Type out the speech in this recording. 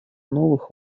новых